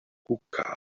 hookah